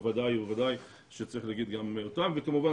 בוודאי ובוודאי שצריך להגיד גם אותם וכמובן